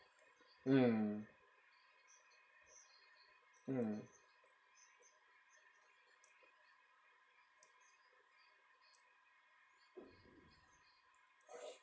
mm mm